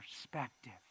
perspective